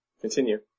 Continue